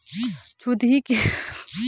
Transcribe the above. छुतही किसम के बिमारी ह बिसानु ले फइलथे